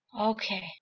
Okay